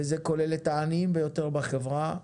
וזה כולל את העניים ביותר בחברה,